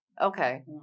okay